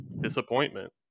disappointment